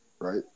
Right